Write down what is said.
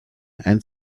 and